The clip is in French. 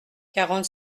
quarante